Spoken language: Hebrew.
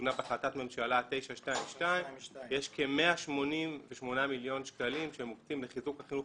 שעוגנה בהחלטת ממשלה 922. יש כ-188 מיליון שקלים שמוקצים לחיזוק החינוך